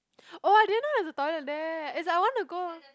oh I didn't know there's a toilet there as I want to go